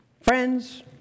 friends